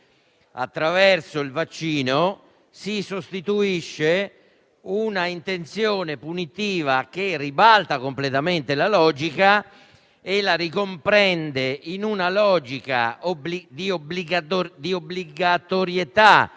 attraverso il vaccino, si sostituisce un'intenzione punitiva che ribalta completamente la logica nel senso di un'obbligatorietà